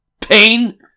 Pain